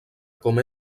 com